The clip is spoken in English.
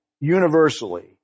universally